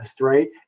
right